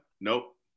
Nope